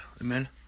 Amen